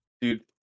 Dude